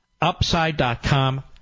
Upside.com